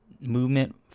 movement